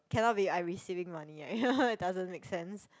cannot be I receiving money right it doesn't make sense